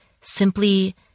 simply